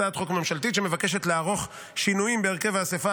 הצעת חוק ממשלתית שמבקשת לערוך שינויים בהרכב האספה